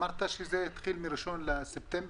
אמרת שזה יתחיל מ-1 בספטמבר.